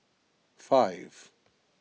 five